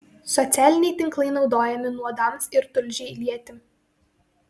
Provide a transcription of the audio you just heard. socialiniai tinklai naudojami nuodams ir tulžiai lieti